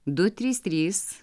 du trys trys